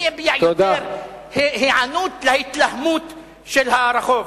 מי יביע יותר היענות להתלהמות של הרחוב.